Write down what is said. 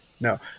no